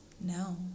No